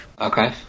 Okay